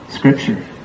Scripture